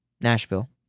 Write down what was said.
Nashville